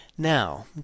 Now